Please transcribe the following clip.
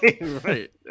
Right